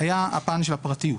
היה הפן של הפרטיות.